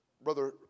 Brother